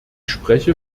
spreche